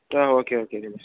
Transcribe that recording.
ah okay okay Dinesh